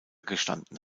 gestanden